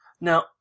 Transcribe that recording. Now